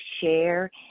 share